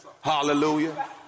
Hallelujah